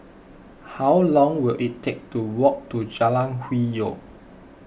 how long will it take to walk to Jalan Hwi Yoh